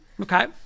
Okay